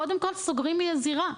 קודם כל סוגרים זירה,